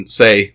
say